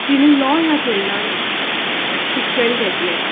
तिणी लॉ ह्या फिल्डांत शिक्षण घेतलें